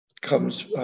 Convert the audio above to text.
comes